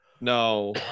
No